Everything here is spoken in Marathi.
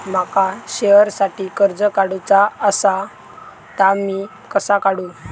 माका शेअरसाठी कर्ज काढूचा असा ता मी कसा काढू?